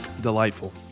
Delightful